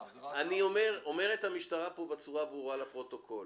אומרת המשטרה בצורה ברורה לפרוטוקול